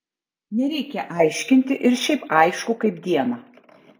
nereikia aiškinti ir šiaip aišku kaip dieną